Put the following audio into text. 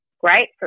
great